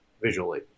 visually